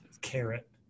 carrot